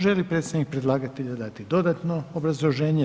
Želi li predstavnik predlagatelja dati dodatno obrazloženje?